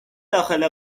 داخل